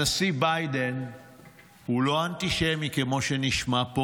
הנשיא ביידן הוא לא אנטישמי כמו שנשמע פה.